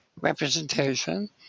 representation